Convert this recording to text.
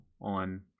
on